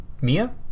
Mia